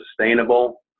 sustainable